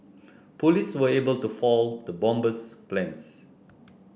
police were able to foil the bomber's plans